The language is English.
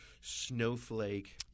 snowflake